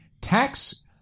tax